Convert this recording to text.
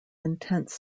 intense